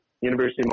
University